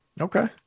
Okay